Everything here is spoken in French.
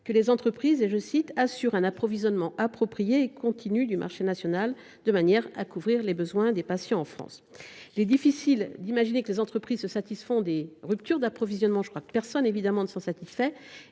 que les entreprises « assurent un approvisionnement approprié et continu du marché national de manière à couvrir les besoins des patients en France ». Il est difficile d’imaginer que les entreprises se satisfassent des ruptures d’approvisionnement. Cette nouvelle obligation de garantir